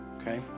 okay